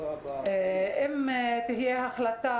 אם תהיה החלטה